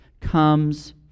comes